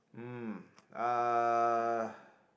mm uh